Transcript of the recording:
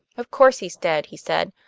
of course he's dead, he said.